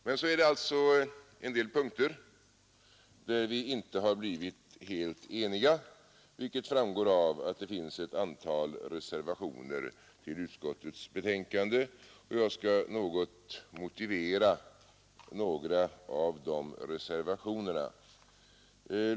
Men det finns alltså också en del punkter som vi inte blivit helt eniga om, vilket framgår av att det finns ett antal reservationer till utskottets betänkande. Jag skall något motivera några av de reservationerna.